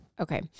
Okay